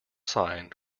signed